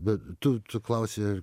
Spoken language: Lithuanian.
bet tu tu klausi